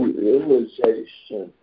realization